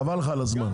חבל לך על הזמן.